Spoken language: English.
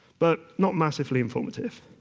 but not massively informative.